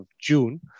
June